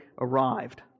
arrived